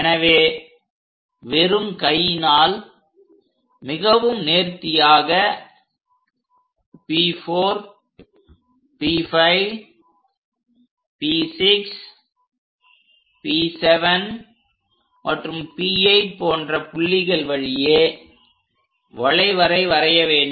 எனவே வெறும் கையினால் மிகவும் நேர்த்தியாக P4P5P6P7 மற்றும் P8 போன்ற புள்ளிகள் வழியே வளைவரை வரைய வேண்டும்